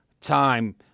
time